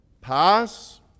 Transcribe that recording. pass